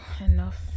enough